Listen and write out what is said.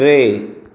टे